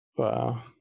Wow